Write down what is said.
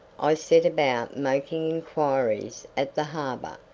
i set about making inquiries at the harbour,